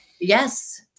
yes